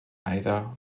either